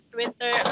Twitter